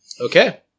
Okay